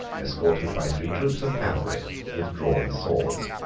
escorted by three troops of cavalry with drawn swords.